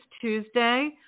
Tuesday